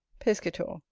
piscator.